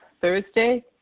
Thursday